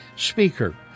speaker